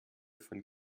von